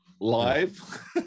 live